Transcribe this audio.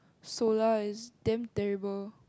solar is damn terrible